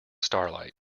starlight